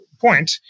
point